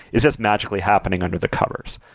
it's just magically happening under the covers.